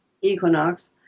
equinox